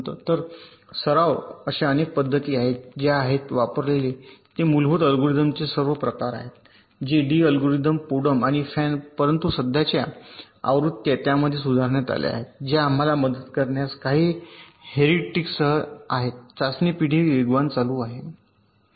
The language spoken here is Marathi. तर सराव मध्ये अशा अनेक पद्धती आहेत ज्या आहेत वापरलेले ते मूलभूत अल्गोरिदमचे सर्व प्रकार आहेत जे डी अल्गोरिदम पोडम आणि फॅन परंतु सध्याच्या आवृत्त्या त्यामध्ये सुधारण्यात आल्या आहेत ज्या आम्हाला मदत करणार्या काही हेरिस्टिक्ससह आहेत चाचणी पिढी वेगवान चालू आहे